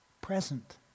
present